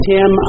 Tim